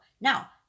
now